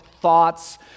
thoughts